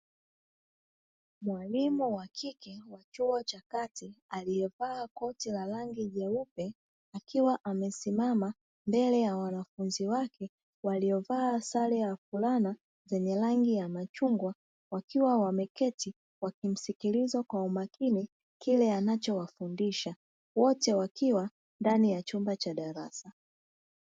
Mwalimu wa kike wa chuo cha kati aliyevaa koti la rangi nyeupe akiwa amesimama mbele ya wanafunzi wake, waliovaa sare na fulana zenye rangi ya machungwa wakiwa wameketi wakimsikiliza kwa umakini kile anachowafundisha wote wakiwa ndani ya chumba cha darasa.